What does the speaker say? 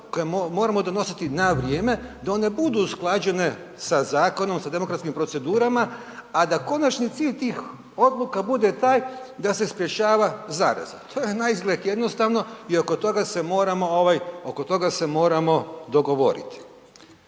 koje moramo donositi na vrijeme, da one budu usklađene sa zakonom, sa demokratskim procedurama, a da konačni cilj tih odluka bude taj da se sprječava zaraza. To je naizgled jednostavno i oko toga se moramo ovaj,